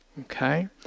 okay